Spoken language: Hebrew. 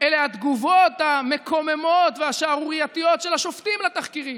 אלה התגובות המקוממות והשערורייתיות של השופטים על התחקירים.